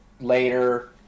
later